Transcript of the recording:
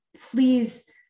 please